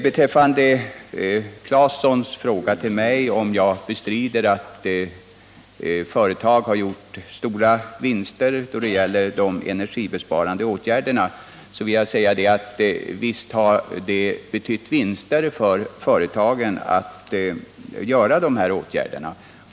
Beträffande Tore Claesons fråga till mig om jag bestrider att företag har gjort stora vinster i samband med de energibesparande åtgärderna vill jag säga att åtgärderna givetvis har medfört vinster för företagen.